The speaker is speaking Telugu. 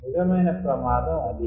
నిజమైన ప్రమాదం అదీ